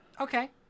Okay